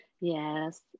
yes